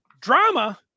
Drama